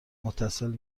متصل